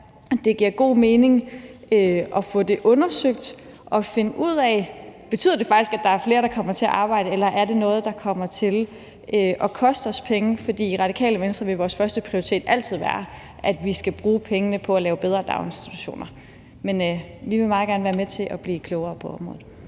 det giver god mening at få det undersøgt og finde ud af, om det faktisk betyder, at der er flere, der kommer til at arbejde, eller om det er noget, der kommer til at koste os penge. For i Radikale Venstre vil vores førsteprioritet altid være, at vi skal bruge pengene på at lave bedre daginstitutioner. Men vi vil meget gerne være med til at blive klogere på området.